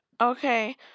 Okay